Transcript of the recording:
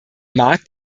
markt